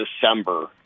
December